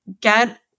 get